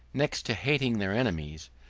next to hating their enemies,